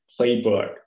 playbook